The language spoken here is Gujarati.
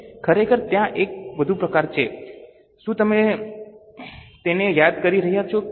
ખરેખર ત્યાં એક વધુ પ્રકાર છે શું તમે તેને યાદ કરી રહ્યા છો